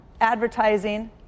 advertising